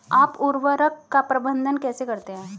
आप उर्वरक का प्रबंधन कैसे करते हैं?